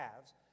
calves